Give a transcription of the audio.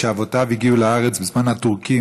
שאבותיו הגיעו לארץ בזמן הטורקים,